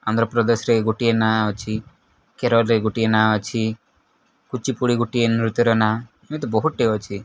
ଆନ୍ଧ୍ରପ୍ରଦେଶରେ ଗୋଟିଏ ନାଁ ଅଛି କେରଳରେ ଗୋଟିଏ ନାଁ ଅଛି କୁଚିପୁଡ଼ି ଗୋଟିଏ ନୃତ୍ୟର ନାଁ ଏମିତି ବହୁତଟେ ଅଛି